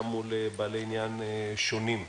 גם מול בעלי עניין שונים.